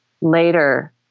later